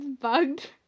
bugged